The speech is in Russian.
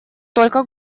только